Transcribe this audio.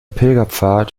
pilgerpfad